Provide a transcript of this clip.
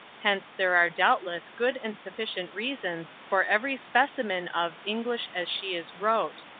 hence there are doubtless good and sufficient reasons for every specimen of english as she is wrote,